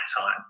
time